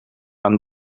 aan